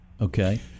Okay